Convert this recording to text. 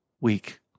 week